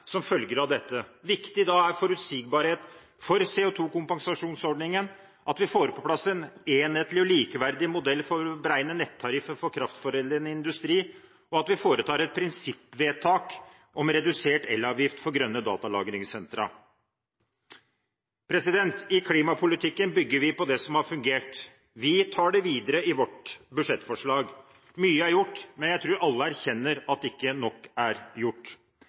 som følger av dette. Viktig da er forutsigbarhet for CO2-kompensasjonsordningen, at vi får på plass en enhetlig og likeverdig modell for å beregne nettariffen for kraftforedlende industri, og at vi gjør et prinsippvedtak om redusert elavgift for grønne datalagringssentre. I klimapolitikken bygger vi på det som har fungert. Vi tar det videre i vårt budsjettforslag. Mye er gjort, men jeg tror alle erkjenner at ikke nok er gjort.